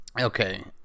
Okay